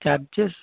charges